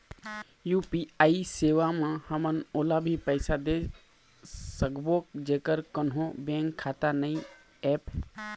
UPI सेवा म हमन ओला भी पैसा दे सकबो जेकर कोन्हो बैंक खाता नई ऐप?